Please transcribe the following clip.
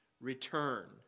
return